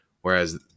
Whereas